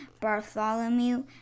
Bartholomew